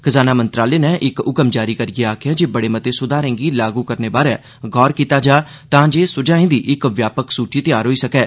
खजाना मंत्रालय नै इक ह्क्म जारी करियै आखेआ ऐ जे बड़े मते स्धारें गी लागू करने बारै गौर कीता जा तांजे स्झाएं दी इक व्यापक सूची तैयार होई सकै